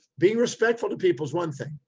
being respectful to people is one thing,